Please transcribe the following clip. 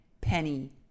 Penny